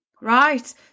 Right